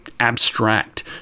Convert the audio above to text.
abstract